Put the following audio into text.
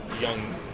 young